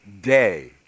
day